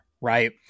right